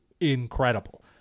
incredible